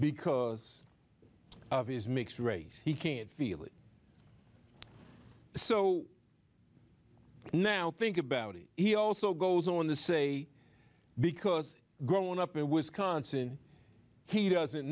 because of his mixed race he can't feel it so now think about it he also goes on to say because growing up in wisconsin he doesn't